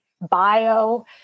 bio